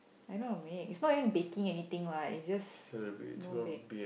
I know how to mix it's not even baking anything what it's just no bake